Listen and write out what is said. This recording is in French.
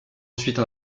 ensuite